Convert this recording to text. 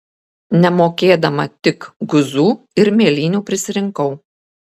nemokėdama tik guzų ir mėlynių prisirinkau